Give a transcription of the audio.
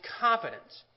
confidence